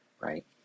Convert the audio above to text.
right